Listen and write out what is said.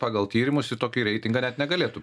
pagal tyrimus į tokį reitingą net negalėtų